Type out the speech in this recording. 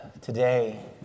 today